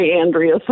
Andrea